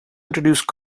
introduced